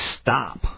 stop